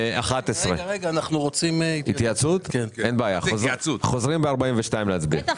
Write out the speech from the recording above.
מה שיעמיס לנו על התקציבים הרדודים גם כך